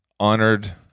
honored